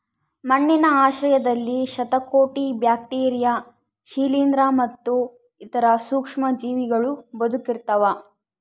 ಮಣ್ಣಿನ ಆಶ್ರಯದಲ್ಲಿ ಶತಕೋಟಿ ಬ್ಯಾಕ್ಟೀರಿಯಾ ಶಿಲೀಂಧ್ರ ಮತ್ತು ಇತರ ಸೂಕ್ಷ್ಮಜೀವಿಗಳೂ ಬದುಕಿರ್ತವ